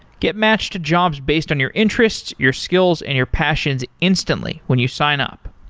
get matched to jobs based on your interests, your skills and your passions instantly when you sign up.